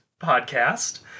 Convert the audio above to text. podcast